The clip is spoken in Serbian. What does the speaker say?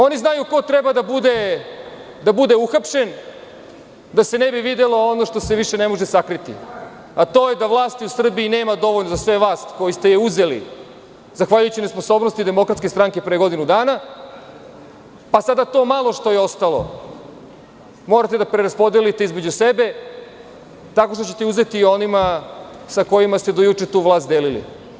Oni znaju ko treba da bude uhapšen da se ne bi videlo ono što se više ne može sakriti, a to je da vlasti u Srbiji nema dovoljno za sve vas koji ste je uzeli zahvaljujući nesposobnosti DS pre godinu dana, pa sada to malo što je ostalo morate da preraspodeliteizmeđu sebe tako što ćete uzeti onima sa kojima ste do juče tu vlast delili.